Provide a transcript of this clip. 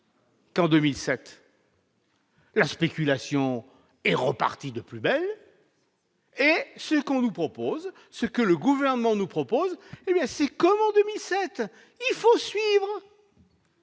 En 2007. La spéculation est repartie de plus belle. Est ce qu'on nous propose, ce que le gouvernement nous propose. Eh bien si, comme en 2007, il faut suivre.